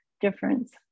difference